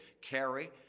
carry